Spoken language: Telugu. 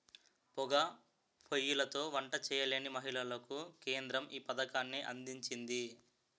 పోగా పోయ్యిలతో వంట చేయలేని మహిళలకు కేంద్రం ఈ పథకాన్ని అందించింది